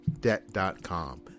Debt.com